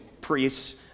priests